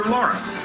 Lawrence